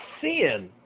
sin